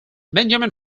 benjamin